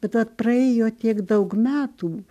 bet vat praėjo tiek daug metų